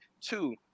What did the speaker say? two